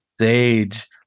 Sage